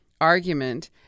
argument